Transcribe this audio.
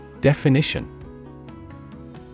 Definition